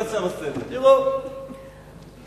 טורקי-סורי זה עכשיו הסדר.